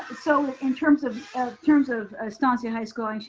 so in terms of terms of estancia high school, and